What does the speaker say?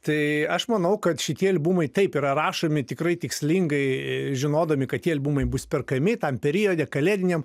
tai aš manau kad šitie albumai taip yra rašomi tikrai tikslingai žinodami kad tie albumai bus perkami tam periode kalėdiniam